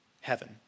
heaven